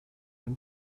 and